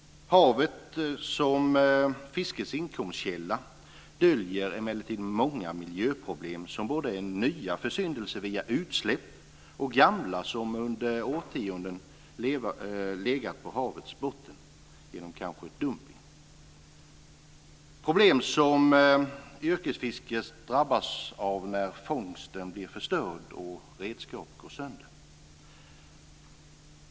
Havet som fiskets inkomstkälla döljer emellertid många miljöproblem som både är nya försyndelser via utsläpp och gamla som under årtionden legat på havets botten genom kanske dumpning. Det är problem som yrkesfisket drabbas av när fångsten blir förstörd och redskap går sönder.